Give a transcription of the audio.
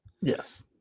Yes